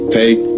take